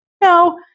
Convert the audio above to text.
No